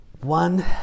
One